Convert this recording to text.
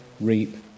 reap